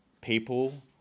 people